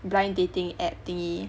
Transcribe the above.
blind dating app thingy